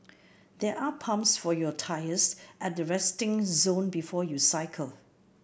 there are pumps for your tyres at the resting zone before you cycle